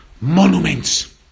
monuments